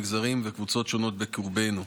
מגזרים וקבוצות שונות בקרבנו.